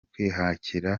kwihagarika